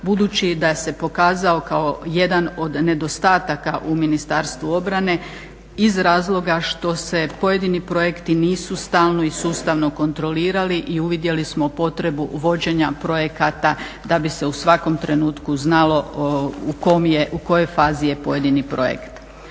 budući da se pokazao kao jedan od nedostataka u Ministarstvu obrane iz razloga što se pojedini projekti nisu stalno i sustavno kontrolirali i uvidjeli smo potrebu uvođenja projekata da bi se u svakom trenutku znalo u kojoj fazi je pojedini projekt.